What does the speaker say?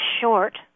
short